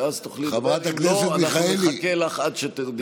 ואז תוכלי, אנחנו נחכה לך עד שתרדי.